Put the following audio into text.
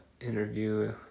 interview